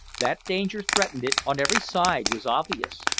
that danger threatened it on every side was obvious,